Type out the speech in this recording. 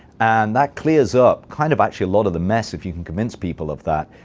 and that clears up kind of actually a lot of the mess if you can convince people of that